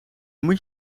moet